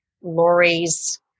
Lori's